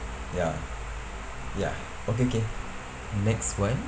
ya ya okay okay next one